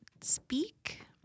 speak